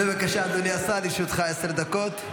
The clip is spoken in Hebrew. בבקשה, אדוני השר, לרשותך עשר דקות.